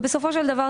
בסופו של דבר,